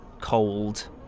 cold